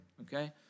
okay